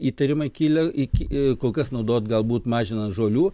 įtarimai kilę iki kol kas naudot galbūt mažinant žolių